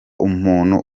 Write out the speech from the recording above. umuntu